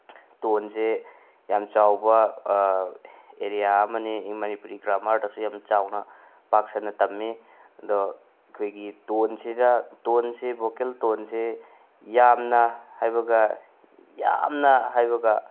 ꯇꯣꯟꯁꯦ ꯌꯥꯝ ꯆꯥꯎꯕ ꯑꯦꯔꯤꯌꯥ ꯑꯃꯅꯤ ꯃꯅꯤꯄꯨꯔꯤ ꯒ꯭ꯔꯃꯥꯔꯗꯁꯨ ꯌꯥꯝ ꯆꯥꯎꯅ ꯄꯥꯛ ꯁꯟꯅ ꯇꯝꯃꯤ ꯑꯗꯣ ꯑꯩꯈꯣꯏꯒꯤ ꯇꯣꯟꯁꯤꯗ ꯇꯣꯟꯁꯤ ꯚꯣꯀꯦꯜ ꯇꯣꯟꯁꯦ ꯌꯥꯝꯅ ꯍꯥꯏꯕꯒ ꯌꯥꯝꯅ ꯍꯥꯏꯕꯒ